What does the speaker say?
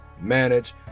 manage